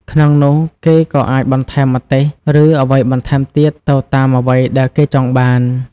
ក្នុងនោះគេក៏អាចបន្ថែម ម្ទេស ឬ អ្វីបន្ថែមទៀតទៅតាមអ្វីដែលគេចង់បាន។